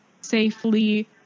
safely